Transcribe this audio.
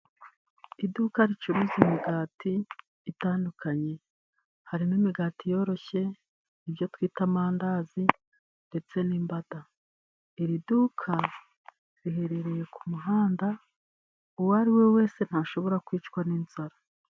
Iduka ricuruza imigati, itandukanye, harimo imigati yoroshye, ibyo twita amandazi ndetse n'imbada, iriduka, riherereye kumuhanda, uwariwe wese ntashobora kwicwa n'inzara.